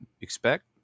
expect